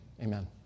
Amen